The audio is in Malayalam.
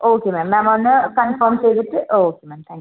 ഓക്കെ മാം മാം ഒന്ന് കൺഫോം ചെയ്തിട്ട് ഓക്കെ മാം താങ്ക് യൂ